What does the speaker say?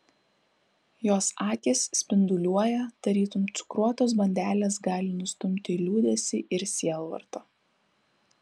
jos akys spinduliuoja tarytum cukruotos bandelės gali nustumti liūdesį ir sielvartą